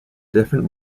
different